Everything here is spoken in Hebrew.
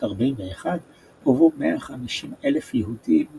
1941 הובאו 150,000 יהודים נוספים,